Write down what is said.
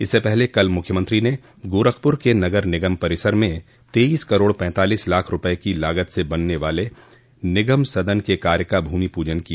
इससे पहले कल मुख्यमंत्री ने गोरखपुर के नगर निगम परिसर में तेइस करोड़ पैंतालिस लाख रूपये की लागत से बनने वाले निगम सदन के कार्य का भूमि पूजन किया